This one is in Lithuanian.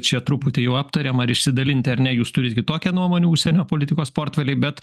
čia truputį jau aptariama ar išsidalinti ar ne jūs turit kitokią nuomonę užsienio politikos portfeliai bet